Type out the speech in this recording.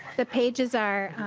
the pages are